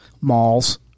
malls